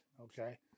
Okay